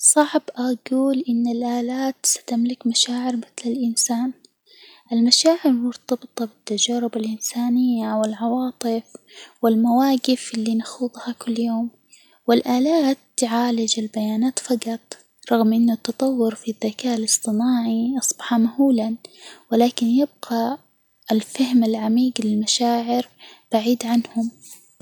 صعب أجول إن الآلات ستملك مشاعر مثل الإنسان، المشاعر مرتبطة بالتجارب الإنسانية، والعواطف، والمواجف اللي نخوضها كل يوم، و الآلات تعالج البيانات فجط رغم إن تطور الذكاء الإصطناعي أصبح مهولًا، و لكن يبقي الفهم العميج للمشاعر يبقى بعيد عنهم.